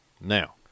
now